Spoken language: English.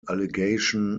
allegation